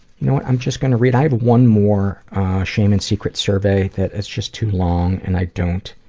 know what, i'm just gonna read, i had one more shame and secret survey, that it's just too long, and i don't,